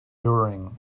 during